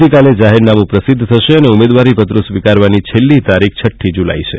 આવતીકાલે જાહેરનામું પ્રસિધ્ધ થશે અને ઉમેદવારી પત્રો સ્વીકારવાની છેલ્લી તારીખ છઠ્ઠી જુલાઈ છે